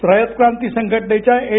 रयत क्रांती संघटनेच्या एन